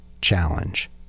challenge